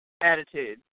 attitude